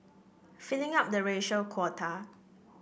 filling up the racial quota